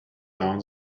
down